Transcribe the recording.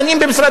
דנים במשרד